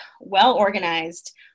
well-organized